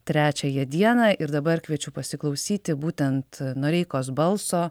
trečiąją dieną ir dabar kviečiu pasiklausyti būtent noreikos balso